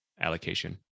allocation